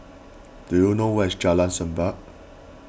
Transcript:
do you know where is Jalan Semerbak